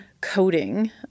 coding